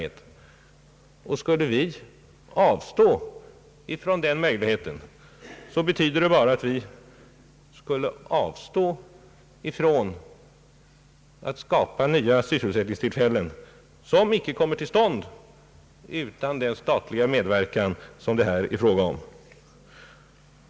Om vi skulle avstå från den möjligheten betyder det att vi skulle avstå från att skapa nya sysselsättningstillfällen, som icke kommer till stånd utan den statliga medverkan det här är fråga om.